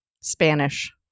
Spanish